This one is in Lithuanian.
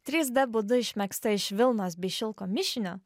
trys d būdu išmegzta iš vilnos bei šilko mišinio